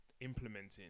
implementing